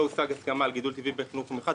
הושגה הסכמה על הגידול הטבעי בחינוך המיוחד.